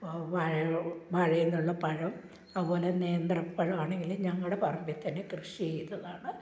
വ വാഴെ വാഴയിൽ നിന്നുള്ള പഴം അവ പോലെ നേന്ത്രപ്പഴമാണെങ്കിൽ ഞങ്ങളുടെ പറമ്പിൽ ത്തന്നെ കൃഷി ചെയ്തതാണ്